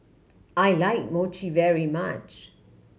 I like Mochi very much